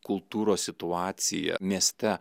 kultūros situacija mieste